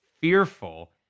fearful